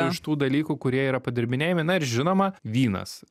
iš tų dalykų kurie yra padirbinėjami na ir žinoma vynas